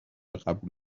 قبول